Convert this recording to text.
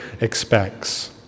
expects